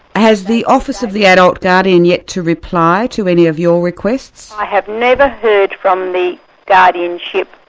has the office of the adult guardian yet to reply to any of your requests? i have never heard from the guardianship